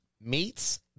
meets